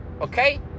okay